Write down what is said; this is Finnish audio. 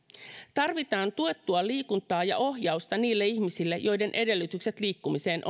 tarvitaan tuettua liikuntaa ja ohjausta niille ihmisille joiden edellytykset liikkumiseen